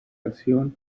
acción